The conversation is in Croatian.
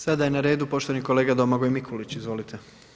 Sada je na redu poštovani kolega Domagoj Mikulić, izvolite.